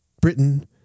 Britain